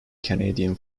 canadian